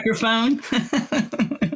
microphone